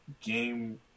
game